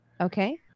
Okay